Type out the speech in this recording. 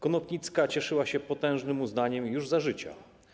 Konopnicka cieszyła się potężnym uznaniem już za życia.